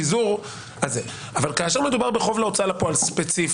אבל כאשר מדובר בחוב להוצאה לפועל, ספציפית,